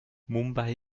mumbai